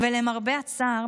"ולמרבה הצער,